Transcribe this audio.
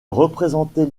représentait